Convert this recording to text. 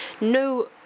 no